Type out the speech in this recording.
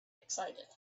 excited